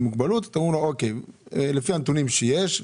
מוגבלות ואתם אומרים לו שלפי הנתונים שיש,